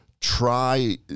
try